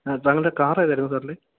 ആ താങ്കളുടെ കാറേതായിരുന്നു സാറിന്റെ